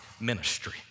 ministry